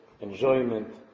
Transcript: enjoyment